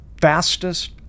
fastest